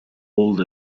old